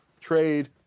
trade